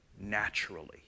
naturally